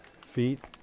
feet